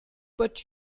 but